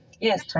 Yes